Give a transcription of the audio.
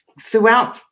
throughout